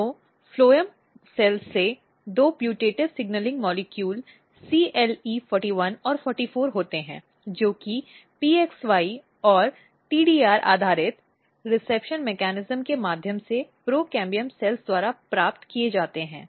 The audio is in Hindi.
तो फ्लोएम कोशिकाओं से दो प्यूटटिव संकेतन अणु CLE41 और 44 होते हैं जो कि PXY और TDR आधारित रिसेप्शन तंत्र के माध्यम से प्रोकैम्बियम कोशिकाओं द्वारा प्राप्त किए जाते हैं